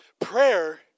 prayer